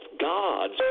God's